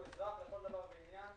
הוא אזרח לכל דבר ועניין.